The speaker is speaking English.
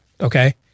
Okay